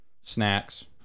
snacks